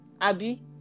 abby